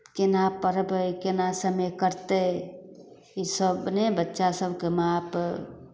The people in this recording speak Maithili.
केना पढ़बै केना समय कटतै ईसभ अपने बच्चासभकेँ माँ बाप